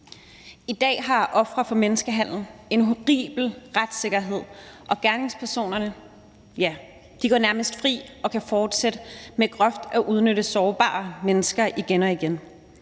I dag har ofre for menneskehandel en horribel retssikkerhed, og gerningspersonerne går nærmest fri og kan fortsætte med groft at udnytte sårbare mennesker igen og igen.